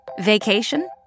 Vacation